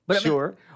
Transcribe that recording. Sure